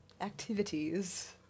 activities